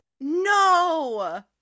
No